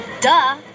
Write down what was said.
Duh